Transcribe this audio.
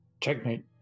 Checkmate